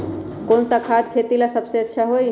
कौन सा खाद खेती ला सबसे अच्छा होई?